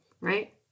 Right